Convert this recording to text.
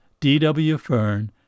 dwfern